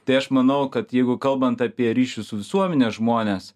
tai aš manau kad jeigu kalbant apie ryšių su visuomene žmones